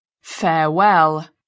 Farewell